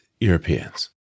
Europeans